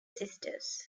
sisters